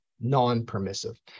non-permissive